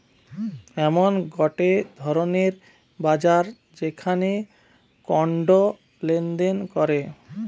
এমন গটে ধরণের বাজার যেখানে কন্ড লেনদেন করে